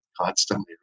constantly